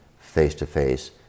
face-to-face